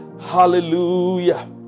Hallelujah